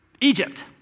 Egypt